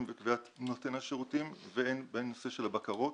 וקביעת נותן השירותים והן בנושא של הבקרות.